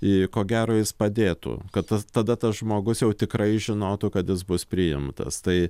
į ko gero jis padėtų kad tas tada tas žmogus jau tikrai žinotų kad jis bus priimtas tai